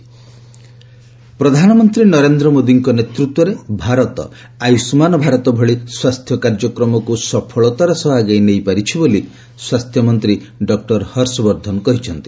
health Harsh Vardhan ପ୍ରଧାନମନ୍ତ୍ରୀ ନରେନ୍ଦ୍ର ମୋଦିଙ୍କ ନେତୃତ୍ୱରେ ଭାରତ ଆୟୁଷ୍ମାନ ଭାରତ ଭଳି ସ୍ୱାସ୍ଥ୍ୟ କାର୍ଯ୍ୟକ୍ରମକୁ ସଫଳତାର ସହ ଆଗେଇ ନେଇପାରିଛି ବୋଲି ସ୍ୱାସ୍ଥ୍ୟମନ୍ତ୍ରୀ ଡକୁର ହର୍ଷବର୍ଦ୍ଧନ କହିଛନ୍ତି